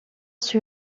sur